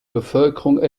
bevölkerung